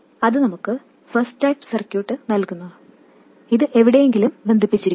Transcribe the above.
അത് നമുക്ക് first type circuit നൽകുന്നു ഇത് എവിടെയെങ്കിലും ബന്ധിപ്പിച്ചിരിക്കും